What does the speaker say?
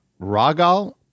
Ragal